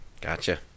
Gotcha